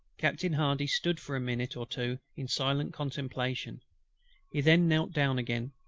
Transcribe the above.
captain hardy stood for a minute or two in silent contemplation he then knelt down again,